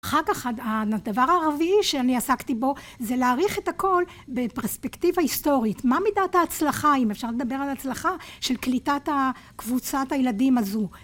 אחר כך הדבר הרביעי שאני עסקתי בו, זה להעריך את הכל בפרספקטיבה היסטורית. מה מידת ההצלחה, אם אפשר לדבר על הצלחה, של קליטת הקבוצת הילדים הזו.